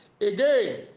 again